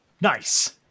Nice